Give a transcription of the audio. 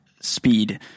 speed